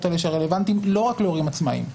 האלה שרלוונטיים לא רק להורים עצמאיים,